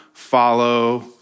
follow